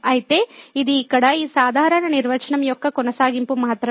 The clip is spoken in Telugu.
అయితే ఇది ఇక్కడ ఈ సాధారణ నిర్వచనం యొక్క కొనసాగింపు మాత్రమే